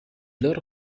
loro